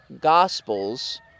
gospels